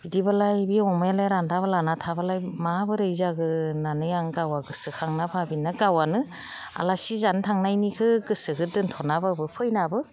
बिदिबालाय बे अमायालाय रानथाबलाना थाबालाय माबोरै जागोन होननानै आं गावहा गोसोखांना भाबिना गावहानो आलासि जानो थांनायनिखौ गोसोखो दोन्थ'नाबाबो फैनाबो